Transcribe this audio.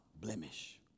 blemish